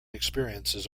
experiences